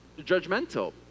judgmental